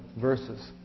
verses